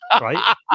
right